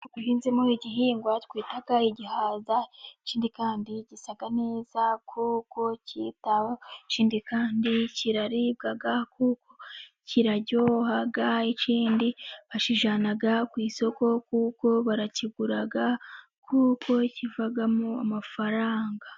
Umurima uhinzemo igihingwa twita igihaza, ikindi kandi gisa neza kuko kitaweho, ikindi kandi kiraribwa kuko kiraryoha, ikindi bakijyana ku isoko kuko barakigura kuko kivamo amafaranga.